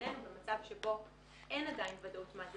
בעינינו במצב שאין עדיין ודאות מה זה